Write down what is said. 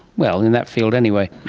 well, in that field anyway.